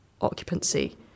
occupancy